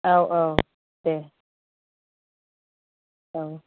औ औ दे औ